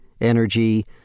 energy